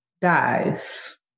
dies